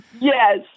Yes